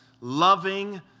loving